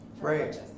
right